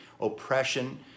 oppression